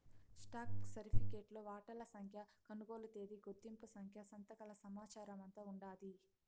stock సరిఫికెట్లో వాటాల సంఖ్య, కొనుగోలు తేదీ, గుర్తింపు సంఖ్య, సంతకాల సమాచారమంతా ఉండాది